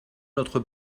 notre